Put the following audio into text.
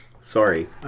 Sorry